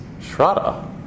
shraddha